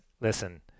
listen